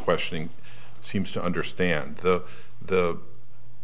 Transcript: questioning seems to understand the the